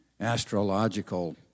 astrological